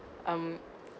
um